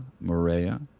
Maria